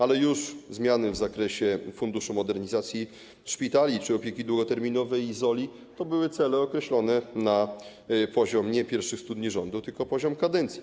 Ale już zmiany w zakresie funduszu modernizacji szpitali czy opieki długoterminowej i ZOL-i to były cele określone nie na poziomie pierwszych 100 dni rządu, tylko na poziomie kadencji.